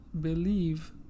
Believe